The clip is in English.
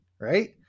right